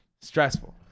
Stressful